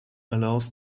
allows